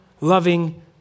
loving